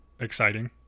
exciting